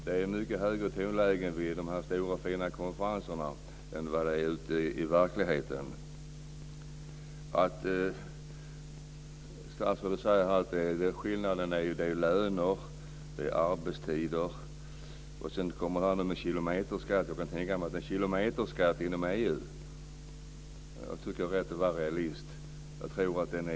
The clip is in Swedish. Det är mycket högre tonläge vid de stora fina konferenserna än det är ute i verkligheten. Statsrådet säger att skillnaden är löner och arbetstider. Sedan kommer Schlaug med en kilometerskatt. Att tänka sig en kilometerskatt inom EU är inte att vara realist.